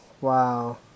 Wow